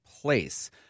place